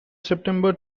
september